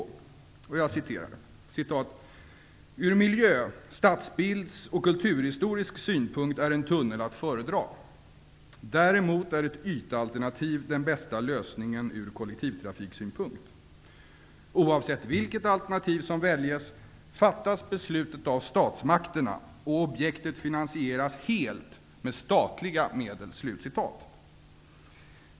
Jag citerar: :''Ur miljö-, stadsbilds och kulturhistorisk synpunkt är en tunnel att föredra. Däremot är ett ytalternativ den bästa lösningen ur kollektivtrafiksynpunkt. Oavsett vilket alternativ som väljes fattas beslutet av statsmakterna, och objektet finansieras helt med statliga medel.''